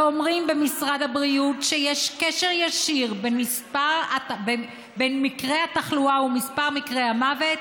ואומרים במשרד הבריאות שיש קשר ישיר בין מקרי התחלואה ומספר מקרי המוות